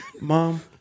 Mom